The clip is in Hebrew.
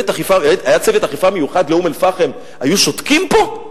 היה צוות אכיפה מיוחד לאום-אל-פחם, היו שותקים פה?